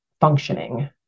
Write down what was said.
functioning